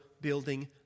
building